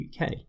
UK